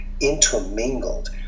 intermingled